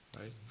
right